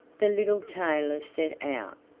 the little tailor set out,